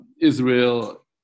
Israel